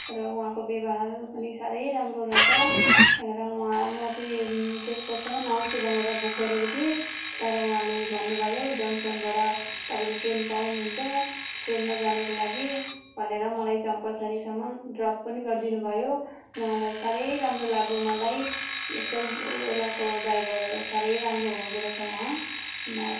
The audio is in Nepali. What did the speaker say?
र उहाँको व्यवहार पनि साह्रै राम्रो रहेछ र उहाँ म चाहिँ चेकपोस्टसम्म आउँछु भनेर बुक गरेको थिएँ तर उहाँले भन्नु भयो जङ्सनबाट तपाईँले ट्रेन पाउनु हुन्छ ट्रेनमा जानुको लागि भनेर मलाई चम्पासरीसम्म ड्रप पनि गरिदिनु भयो उहाँलाई साह्रै राम्रो लाग्यो मलाई यस्तो ओलाको ड्राइभर साह्रै राम्रो हुनु हुँदो रहेछ उहाँ म